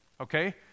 okay